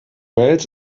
wales